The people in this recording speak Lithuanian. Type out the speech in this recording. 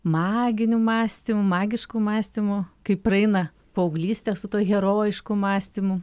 maginiu mąstymu magišku mąstymu kai praeina paauglystė su tuo herojišku mąstymu